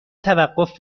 توقف